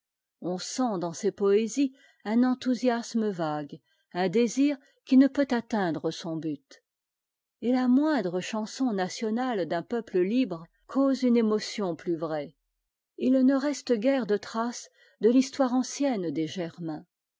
on sent dans ces poésies un enthousiasme vague un désir qui ne peut atteindre son but et la moindre chanson nationale d'un peup e libre cause une émotion plus vraië i ne'reste guère de traces de l'histoire anciennetés germains